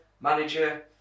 manager